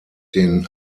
den